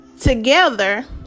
together